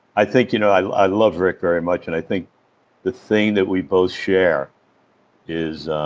i think, you know, i love rick very much and i think the thing that we both share is